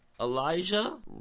Elijah